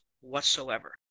whatsoever